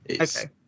Okay